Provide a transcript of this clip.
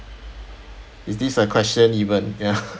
is this a question even ya